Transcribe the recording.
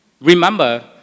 Remember